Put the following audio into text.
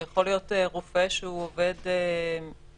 זה יכול להיות רופא שהוא עובד ברשות האוכלוסין.